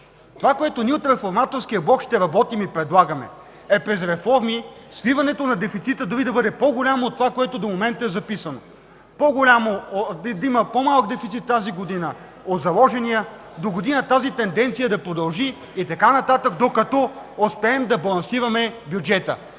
Това, което ние от Реформаторски блок ще работим и предлагаме, е през реформи свиването на дефицита, дори да бъде по-голям от това, което в момента е записано – да има по-малък дефицит тази година от заложения, догодина тенденцията да продължи и така нататък, докато успеем да балансираме бюджета.